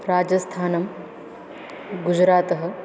राजस्थानं गुजरातः